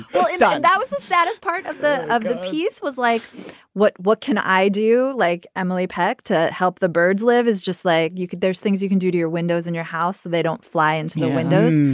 well done that was the saddest part of the of the piece was like what what can i do. like emily peck to help the birds live is just like you could there's things you can do to your windows in your house so they don't fly into the windows.